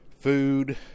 food